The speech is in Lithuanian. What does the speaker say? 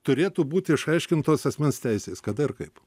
turėtų būti išaiškintos asmens teisės kada ir kaip